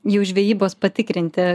jau žvejybos patikrinti